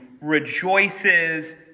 rejoices